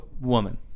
woman